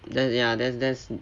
then ya there's there's